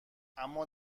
اما